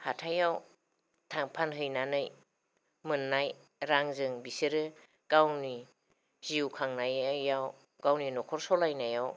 हाथाइयाव फानहैनानै मोननाय रांजों बिसोरो गावनि जिउ खांनायाव गावनि नखर सलायनायाव